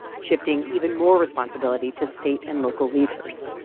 shifting even more responsibility to state and local leaders.